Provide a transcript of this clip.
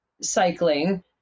cycling